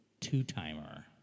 two-timer